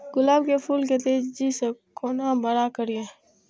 गुलाब के फूल के तेजी से केना बड़ा करिए?